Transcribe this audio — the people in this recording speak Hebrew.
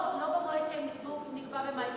לא במועד שנקבע במאי.